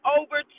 over